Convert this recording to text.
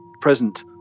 present